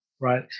right